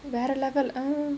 வேற:vera level